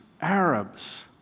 Arabs